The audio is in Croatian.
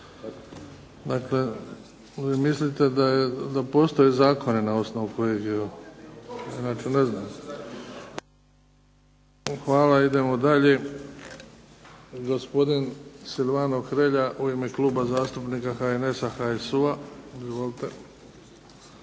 hvala. Idemo dalje.